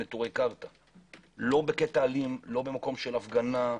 לא בקטע אלים, לא בקטע של בהפגנה.